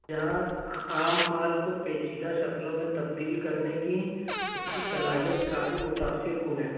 یہاں خام مال کو پیچیدہ شکلوں میں تبدیل کرنے کی اس کی صلاحیت کافی متاثر کن ہے